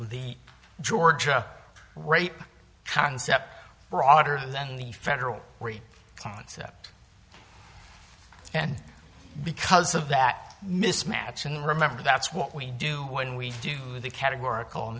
the georgia rape concept broader than the federal concept and because of that mismatch and remember that's what we do when we do the categorical